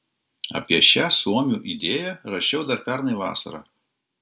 apie šią suomių idėją rašiau dar pernai vasarą